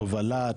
הובלה,